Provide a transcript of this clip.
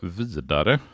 vidare